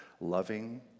loving